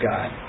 God